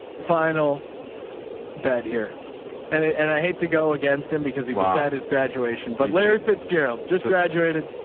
final bet here and ah and i hate to go against him because he just had his graduation. but larry fitzgerald just graduated.